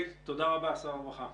תודה רבה שר הרווחה.